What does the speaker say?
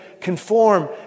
conform